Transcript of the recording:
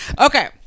okay